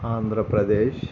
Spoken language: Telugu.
ఆంధ్రప్రదేశ్